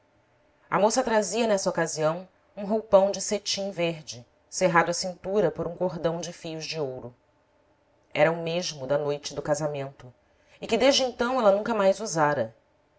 a moça trazia nessa ocasião um roupão de cetim verde cerrado à cintura por um cordão de fios de ouro era o mesmo da noite do casamento e que desde então ela nunca mais usara